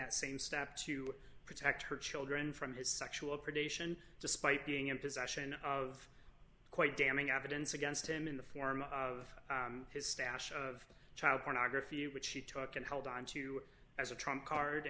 that same step to protect her children from his sexual predation despite being in possession of quite damning evidence against him in the form of his stash of child pornography which he took and held onto as a trump card